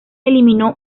eliminó